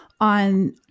on